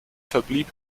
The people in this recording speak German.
verblieb